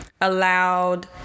allowed